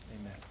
Amen